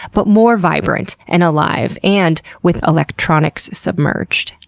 but more vibrant, and alive, and with electronics submerged.